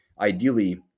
ideally